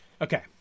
Okay